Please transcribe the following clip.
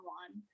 one